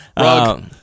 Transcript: Rug